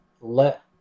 let